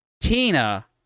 Tina